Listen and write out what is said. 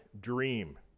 dream